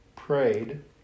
prayed